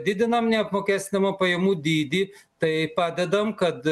didinam neapmokestinamą pajamų dydį taip padedam kad